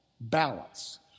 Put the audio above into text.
balance